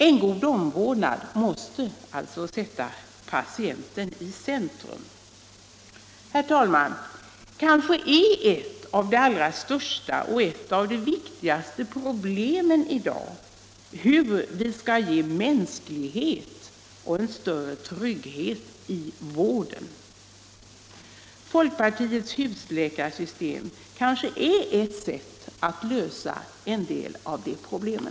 En god omvårdnad måste sätta patienten i centrum. Herr talman! Kanske är ett av de allra största och viktigaste problemen i dag hur vi skall kunna ge mänsklighet och större trygghet i vården. Folkpartiets husläkarsystem kanske är ett sätt att lösa en del av de problemen.